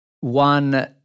one